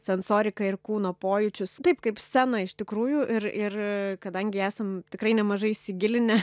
sensoriką ir kūno pojūčius taip kaip scenoj iš tikrųjų ir ir kadangi esam tikrai nemažai įsigilinę